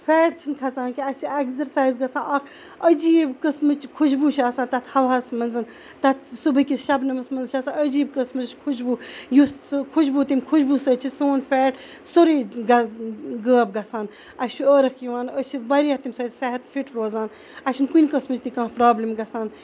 fat چھِنہٕ کھَسان کینٛہہ اَسہِ چھ ایٚگزَرسایز گَژھان اکھ عجیٖب قٕسمٕچ خُشبوٗ چھِ آسان تتھ ہَوہَس مَنٛز تتھ صُبہٕکِس شَبنَمَس مَنٛز چھِ آسان عجیٖب قٕسمٕچ خُشبوٗ یُس سُہ خُشبوٗ تمہِ خُشبوٗ سۭتۍ چھُ سون فیٹ سورُے غٲب گَژھان اَسہِ چھُ عٲرَکھ یِوان اَسہِ چھ واریاہ تمہِ سۭتۍ صحت فِٹ روزان اَسہِ چھنہٕ کُنہ قٕسمچ تہِ کانٛہہ پرابلم گَژھان